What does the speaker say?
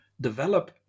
develop